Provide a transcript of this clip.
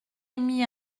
émis